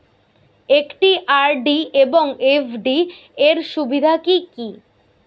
একটি আর.ডি এবং এফ.ডি এর সুবিধা কি কি?